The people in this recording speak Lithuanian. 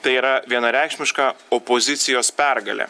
tai yra vienareikšmiška opozicijos pergalė